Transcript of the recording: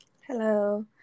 Hello